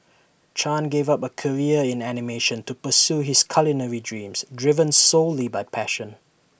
chan gave up A career in animation to pursue his culinary dreams driven solely by passion